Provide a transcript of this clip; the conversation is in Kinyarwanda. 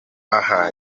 aha